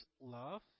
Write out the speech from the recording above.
love